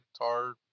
guitar